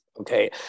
okay